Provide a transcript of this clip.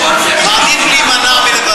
כבר רץ לי בראש מה יקרה לי מחר בבוקר,